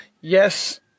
Yes